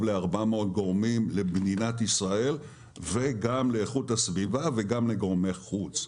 ל-400 גורמים במדינת ישראל וגם לאיכות הסביבה וגם לגורמי חוץ.